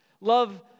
Love